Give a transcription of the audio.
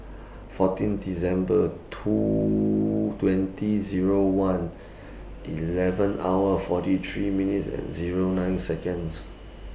fourteen December two twenty Zero one eleven hours forty three minutes and Zero nine Seconds